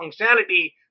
functionality